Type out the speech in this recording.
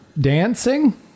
dancing